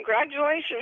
congratulations